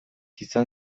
izan